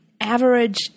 average